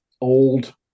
old